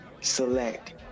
select